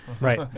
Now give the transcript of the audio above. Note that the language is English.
Right